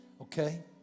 Okay